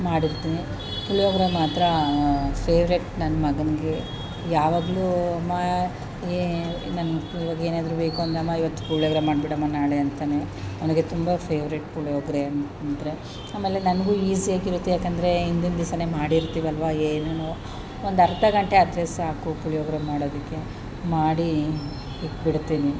ಮಾಡಿರ್ತೀನಿ ಪುಳಿಯೋಗ್ರೆ ಮಾತ್ರ ಫೇವ್ರೆಟ್ ನನ್ನ ಮಗನಿಗೆ ಯಾವಾಗಲೂ ಅಮ್ಮ ಏ ನನ್ಗೆ ಇವಾಗ ಏನಾದರೂ ಬೇಕು ಅಂದ್ರೆ ಅಮ್ಮಾ ಇವತ್ತು ಪುಳಿಯೋಗ್ರೆ ಮಾಡಿಬಿಡಮ್ಮ ನಾಳೆ ಅಂತಲೇ ಅವನಿಗೆ ತುಂಬ ಫೇವ್ರೇಟ್ ಪುಳಿಯೋಗ್ರೆ ಅಂದರೆ ಆಮೇಲೆ ನನಗೂ ಈಸಿಯಾಗಿರುತ್ತೆ ಏಕಂದ್ರೇ ಹಿಂದಿನ ದಿವ್ಸನೇ ಮಾಡಿರ್ತೀವಲ್ವ ಏನೂ ಒಂದು ಅರ್ಧ ಗಂಟೆ ಆದರೆ ಸಾಕು ಪುಳಿಯೋಗ್ರೆ ಮಾಡೋದಕ್ಕೆ ಮಾಡಿ ಇಟ್ಬಿಡ್ತೀನಿ